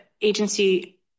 agency